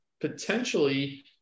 potentially